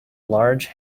large